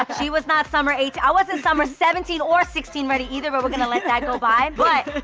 um she was not summer eighteen, i wasn't summer seventeen or sixteen ready either but we're gonna let that go by. but,